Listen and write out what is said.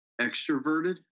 Extroverted